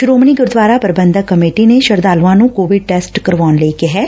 Shiromani Gurdwara Prabandhak committee ਨੇ ਸ਼ਰਧਾਲੂਆਂ ਨੂੰ ਕੋਵਿਡ ਟੈਸਟ ਕਰਵਾਉਣ ਲਈ ਕਿਹੈ